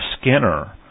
Skinner